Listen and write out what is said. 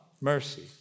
mercy